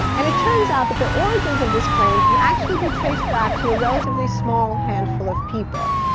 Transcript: and it turns out that the origins of this claim can actually be traced back to a relatively small handful of people.